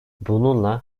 bununla